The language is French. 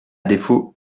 défaut